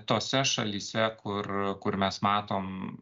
tose šalyse kur kur mes matom